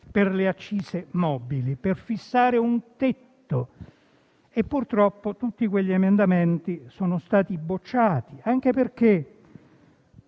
per le accise mobili e per fissare un tetto, ma purtroppo tutti quegli emendamenti sono stati bocciati, anche perché